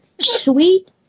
Sweet